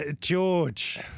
George